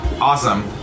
Awesome